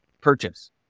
purchase